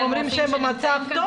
הם אומרים שהם במצב טוב,